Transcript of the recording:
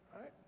right